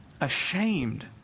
ashamed